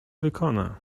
wykona